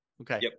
Okay